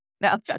No